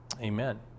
amen